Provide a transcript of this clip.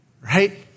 Right